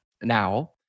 now